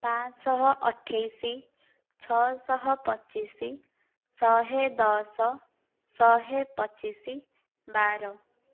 ପାଞ୍ଚ ଶହ ଅଠେଇଶି ଛଅ ଶହ ପଚିଶି ଶହେ ଦଶ ଶହେ ପଚିଶି ବାର